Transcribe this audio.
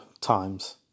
times